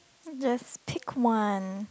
just pick one